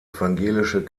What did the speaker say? evangelische